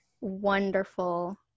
wonderful